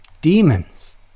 demons